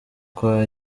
kwa